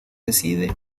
decide